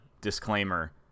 disclaimer